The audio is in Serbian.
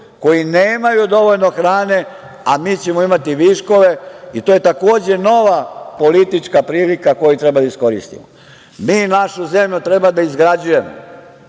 koji nemaju dovoljno hrane, a mi ćemo imati viškove i to je takođe nova politička prilika koju treba da iskoristimo. Mi našu zemlju treba izgrađujemo,